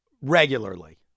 Regularly